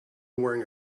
wearing